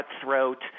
cutthroat